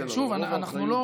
שוב, אנחנו לא, כן.